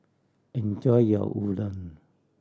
enjoy your Udon